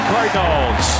Cardinals